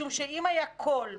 משום שאם היה קול מקצועי,